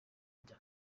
njya